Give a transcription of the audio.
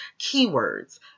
keywords